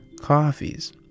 coffees